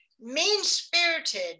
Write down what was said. mean-spirited